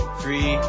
three